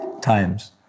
times